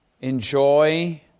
enjoy